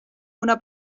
una